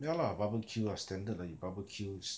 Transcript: ya lah barbecue ah standard you barbecue